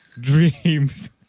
dreams